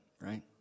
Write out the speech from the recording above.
Right